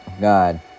God